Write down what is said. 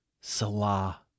Salah